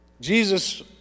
Jesus